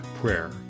prayer